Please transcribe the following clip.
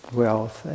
wealth